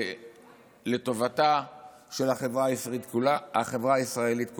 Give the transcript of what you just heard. לטובתה של החברה הישראלית כולה.